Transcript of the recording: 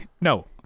No